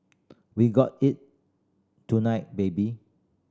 we got it tonight baby